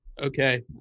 Okay